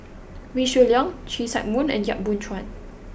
Wee Shoo Leong See Chak Mun and Yap Boon Chuan